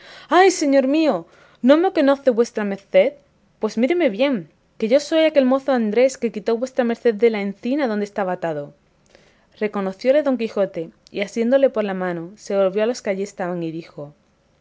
ay señor mío no me conoce vuestra merced pues míreme bien que yo soy aquel mozo andrés que quitó vuestra merced de la encina donde estaba atado reconocióle don quijote y asiéndole por la mano se volvió a los que allí estaban y dijo